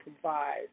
provide